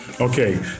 okay